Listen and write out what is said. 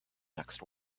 next